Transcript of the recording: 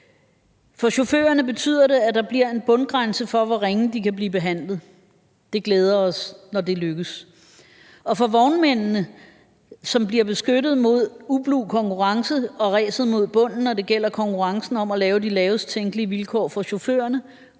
For chaufførerne betyder det, at der bliver en bundgrænse for, hvor ringe de kan blive behandlet. Det glæder os, når det lykkes. For vognmændene, som bliver beskyttet mod ublu konkurrence og ræset mod bunden, når det gælder konkurrencen om at lave de ringest tænkelige vilkår for chaufførerne,